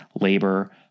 labor